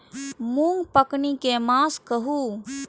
मूँग पकनी के मास कहू?